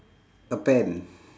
a pen